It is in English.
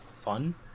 fun